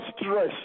stress